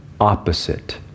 opposite